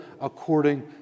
according